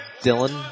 Dylan